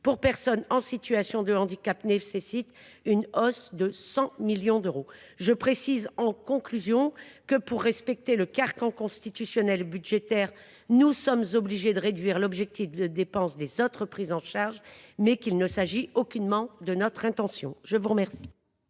pour personnes en situation de handicap nécessite une hausse de 100 millions d’euros. Je précise que, pour respecter le carcan constitutionnel et budgétaire, nous sommes obligés de réduire l’objectif de dépenses des « autres prises en charge », mais qu’il ne s’agit aucunement de notre intention. Les deux